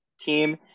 team